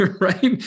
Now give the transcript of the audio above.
right